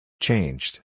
Changed